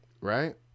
Right